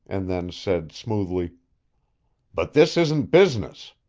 and then said smoothly but this isn't business.